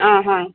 অ হয়